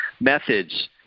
methods